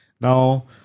now